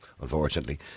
unfortunately